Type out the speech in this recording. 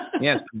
Yes